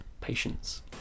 patience